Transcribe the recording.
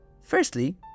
firstly